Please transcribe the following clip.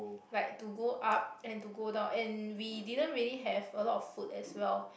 like to go up and to go down and we didn't really have a lot of food as well